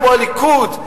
כמו הליכוד,